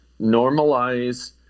Normalize